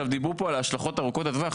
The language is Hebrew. דיברו פה על השלכות ארוכות הטווח,